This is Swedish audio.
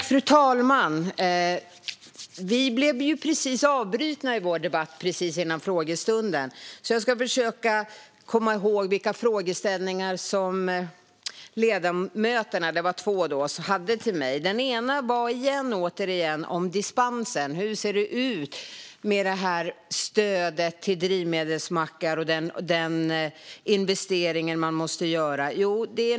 Fru talman! Vi blev avbrutna i vår debatt precis före frågestunden. Jag ska försöka komma ihåg vilka frågeställningar som de två ledamöterna hade. Den ena gällde återigen dispensen och hur det ser ut med stödet till drivmedelsmackar och den investering som måste göras.